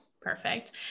Perfect